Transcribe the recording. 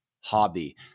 hobby